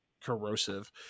corrosive